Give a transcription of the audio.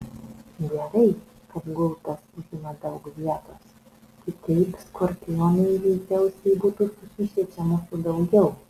gerai kad gultas užima daug vietos kitaip skorpionai veikiausiai būtų sukišę čia mūsų daugiau